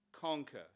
conquer